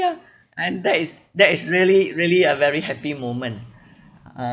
and that is that is really really a very happy moment